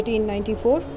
1894।